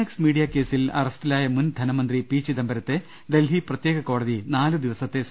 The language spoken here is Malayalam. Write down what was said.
എക്സ് മീഡിയ കേസിൽ അറസ്റ്റിലായ മുൻ ധനമന്ത്രി പി ചിദംബരത്തെ ഡൽഹി പ്രത്യേക കോടതി നാലുദിവസത്തെ സി